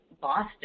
Boston